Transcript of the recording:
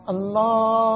Allah